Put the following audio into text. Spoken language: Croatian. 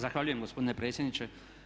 Zahvaljujem gospodine predsjedniče.